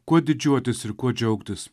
kuo didžiuotis ir kuo džiaugtis